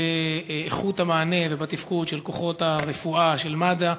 באיכות המענה ובתפקוד של כוחות הרפואה של מד"א.